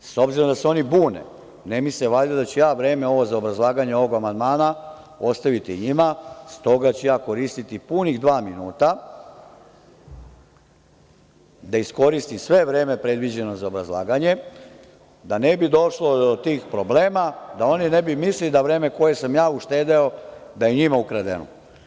S obzirom da se oni bune, ne misle valjda da ću ja vreme ovo za obrazlaganje ovog amandmana ostaviti njima, stoga ću ja koristiti punih dva minuta, da iskoristim sve vreme predviđeno za obrazlaganje, da ne bi došlo do tih problema, da oni ne bi mislili da vreme koje sam ja uštedeo, da je njima ukradeno.